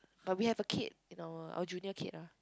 but we have a Kate in our our junior Kate ah